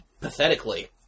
pathetically